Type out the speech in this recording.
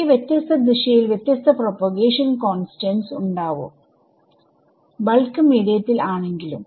അവയ്ക്ക് വ്യത്യസ്ത ദിശയിൽ വ്യത്യസ്ത പ്രൊപോഗേഷൻ കോൺസ്റ്റന്റ്സ് ഉണ്ടാവുംബൾക്ക് മീഡിയത്തിൽ ആണെങ്കിലും